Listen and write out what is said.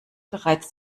bereits